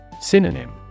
Synonym